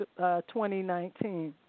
2019